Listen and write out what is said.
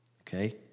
okay